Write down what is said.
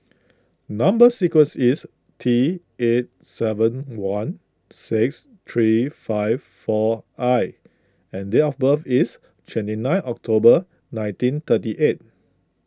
Number Sequence is T eight seven one six three five four I and date of birth is twenty nine October nineteen thirty eight